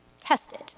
tested